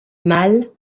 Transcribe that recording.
mâle